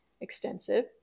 extensive